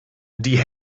die